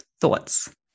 thoughts